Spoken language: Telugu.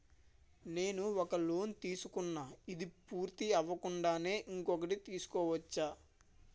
నేను ఒక లోన్ తీసుకున్న, ఇది పూర్తి అవ్వకుండానే ఇంకోటి తీసుకోవచ్చా?